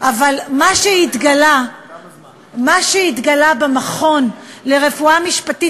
אבל מה שהתגלה שהיה במכון לרפואה משפטית